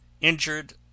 Injured